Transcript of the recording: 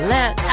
Let